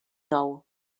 nou